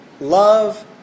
Love